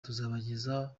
tuzabagezaho